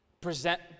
present